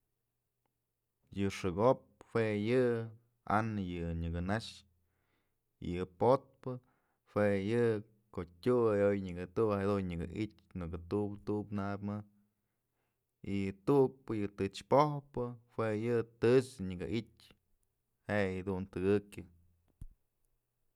Yë xëko'op jue yë an yë nyëkë nax y yë potpë jue yë, ko'o tyuy ayoy nyëkë tuy y jadun nyëkë i'ityë nëkë tub tub nabyë mëjk y tu'ukpë yë tëch po'ojpë jue yë tëch nyëkë i'ityë je'e yëdun tëkëjyë.